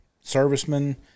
servicemen